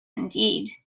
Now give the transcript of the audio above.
indeed